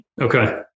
Okay